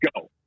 go